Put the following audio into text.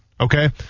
okay